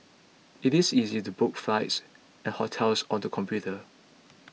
it is easy to book flights and hotels on the computer